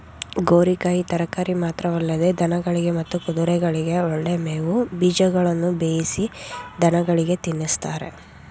ಗೋರಿಕಾಯಿ ತರಕಾರಿ ಮಾತ್ರವಲ್ಲದೆ ದನಗಳಿಗೆ ಮತ್ತು ಕುದುರೆಗಳಿಗೆ ಒಳ್ಳೆ ಮೇವು ಬೀಜಗಳನ್ನು ಬೇಯಿಸಿ ದನಗಳಿಗೆ ತಿನ್ನಿಸ್ತಾರೆ